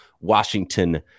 Washington